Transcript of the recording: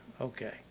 okay